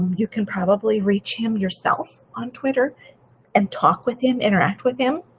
you can probably reach him yourself on twitter and talk with him, interact with them.